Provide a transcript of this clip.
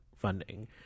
funding